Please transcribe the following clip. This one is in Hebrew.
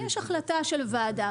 יש החלטה של ועדה,